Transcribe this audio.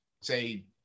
say